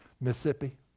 Mississippi